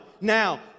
now